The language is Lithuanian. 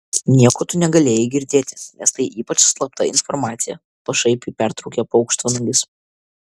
nieko tu negalėjai girdėti nes tai ypač slapta informacija pašaipiai pertraukė paukštvanagis